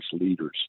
leaders